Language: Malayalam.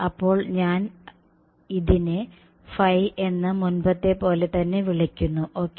അപ്പോൾ ഞാൻ ഇതിനെ Φ എന്ന് മുൻപത്തെപോലെ തന്നെ വിളിക്കുന്നു ഓക്കേ